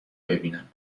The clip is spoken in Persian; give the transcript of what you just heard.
ببینم